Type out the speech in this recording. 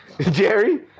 Jerry